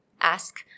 ask